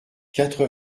quatre